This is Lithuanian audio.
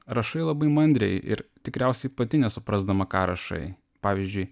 rašai labai mandriai ir tikriausiai pati nesuprasdama ką rašai pavyzdžiui